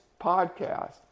podcast